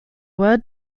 word